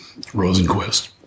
Rosenquist